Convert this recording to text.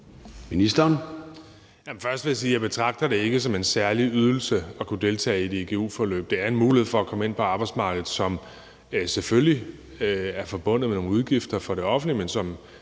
Bek): Først vil jeg sige, at jeg ikke betragter det som en særlig ydelse at kunne deltage i et igu-forløb. Det er en mulighed for at komme ind på arbejdsmarkedet, som selvfølgelig er forbundet med nogle udgifter for det offentlige, men som